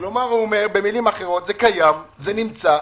הוא אומר במילים אחרות: זה קיים, זה נמצא,